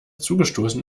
zugestoßen